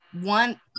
one